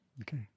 Okay